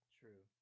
true